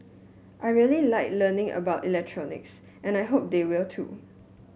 I really like learning about electronics and I hope they will too